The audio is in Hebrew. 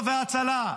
הממשלה,